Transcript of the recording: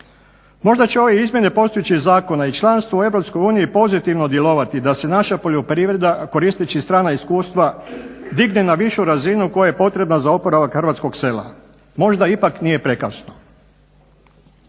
Možda će ove izmjene postojećih zakona i članstvo u Europskoj uniji pozitivno djelovati da se naša poljoprivreda koristeći strana iskustva digne na višu razinu koja je potrebna za oporavak hrvatskog sela. Možda ipak nije prekasno.